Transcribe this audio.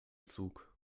zug